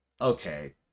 okay